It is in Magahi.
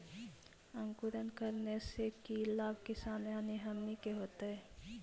अंकुरण करने से की लाभ किसान यानी हमनि के होतय?